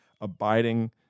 abiding